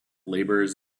laborers